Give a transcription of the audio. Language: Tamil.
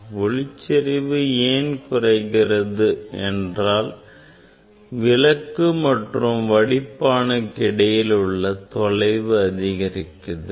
ஒளிச்செறிவு ஏன் குறைகிறது என்றால் விளக்கு மற்றும் வடிப்பானுக்கு இடையில் உள்ள தொலைவு அதிகரிக்கிறது